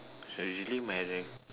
usually my